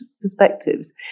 perspectives